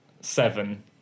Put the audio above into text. seven